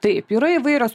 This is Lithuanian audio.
taip yra įvairios